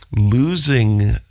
losing